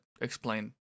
explain